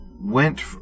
went